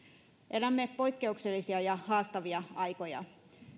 elämme poikkeuksellisia ja haastavia aikoja